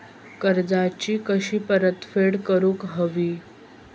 कर्जाची कशी परतफेड करूक हवी?